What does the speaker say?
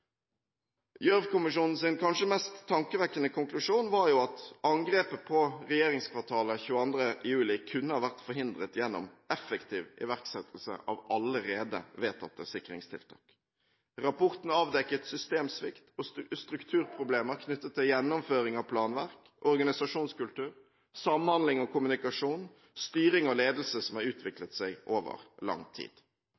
kanskje mest tankevekkende konklusjon var at angrepet på regjeringskvartalet 22. juli kunne ha vært forhindret gjennom effektiv iverksettelse av allerede vedtatte sikringstiltak. Rapporten avdekket systemsvikt og strukturproblemer knyttet til gjennomføring av planverk, organisasjonskultur, samhandling og kommunikasjon og styring og ledelse – som har